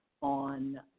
on